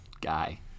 guy